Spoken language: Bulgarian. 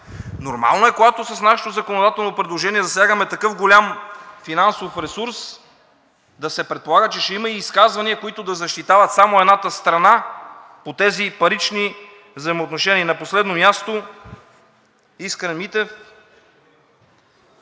Нормално е, когато с нашето законодателно предложение засягаме такъв голям финансов ресурс, да се предполага, че ще има и изказвания, които да защитават само едната страна по тези парични взаимоотношения. И на последно място, към Искрен